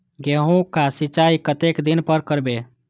गेहूं का सीचाई कतेक दिन पर करबे?